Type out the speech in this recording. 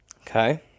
Okay